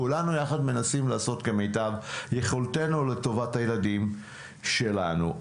כולנו יחד מנסים לעשות כמיטב יכולתנו לטובת הילדים שלנו.